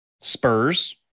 Spurs